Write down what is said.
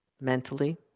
mentally